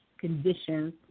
conditions